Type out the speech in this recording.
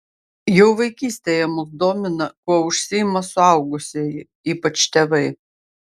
jau vaikystėje mus domina kuo užsiima suaugusieji ypač tėvai